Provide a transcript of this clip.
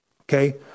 okay